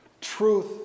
truth